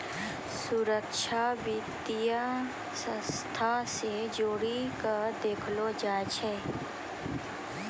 सुरक्षा वित्तीय संस्था से जोड़ी के देखलो जाय छै